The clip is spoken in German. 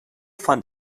fand